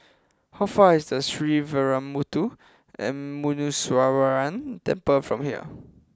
how far away does the Sree Veeramuthu and Muneeswaran Temple from here